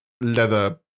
leather